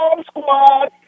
squad